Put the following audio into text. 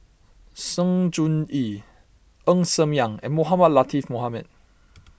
Sng Choon Yee Ng Ser Miang and Mohamed Latiff Mohamed